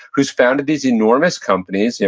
whose founded these enormous companies, yeah